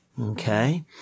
Okay